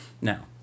Now